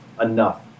enough